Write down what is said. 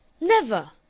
Never